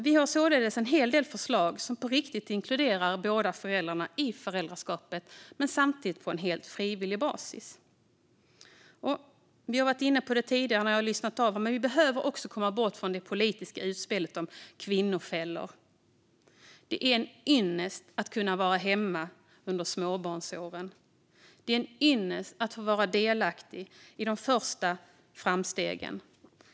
Vi har således en hel del förslag som på riktigt inkluderar båda föräldrarna i föräldraskapet, men på helt frivillig basis. Vi behöver också - vi har varit inne på det tidigare - komma bort från politiska utspel om kvinnofällor. Det är en ynnest att kunna vara hemma under småbarnsåren och att få vara delaktig i de första framstegen.